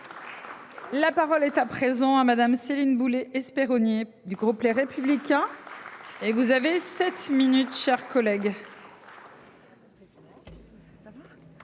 La parole est à présent à madame Céline boulet espère rogner du groupe les républicains. Et vous avez 7 minutes, chers collègues.